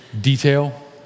detail